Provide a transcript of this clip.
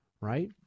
right